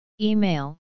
Email